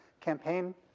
campaign